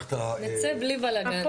נצא בלי בלגן, הנה.